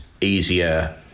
Easier